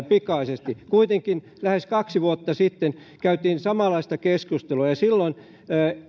pikaisesti tämä kuitenkin lähes kaksi vuotta sitten käytiin samanlaista keskustelua ja silloin muun muassa